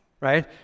right